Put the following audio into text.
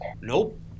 Nope